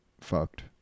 fucked